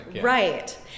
right